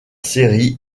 série